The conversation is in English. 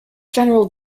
general